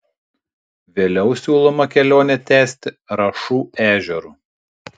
vėliau siūloma kelionę tęsti rašų ežeru